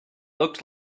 looked